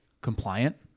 compliant